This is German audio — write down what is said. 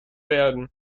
werden